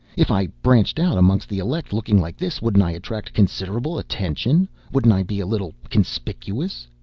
if i branched out amongst the elect looking like this, wouldn't i attract considerable attention wouldn't i be a little conspicuous?